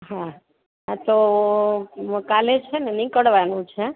હાં હાં તો કાલે છે ને નીકળવાનું છે